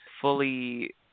fully